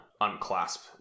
unclasp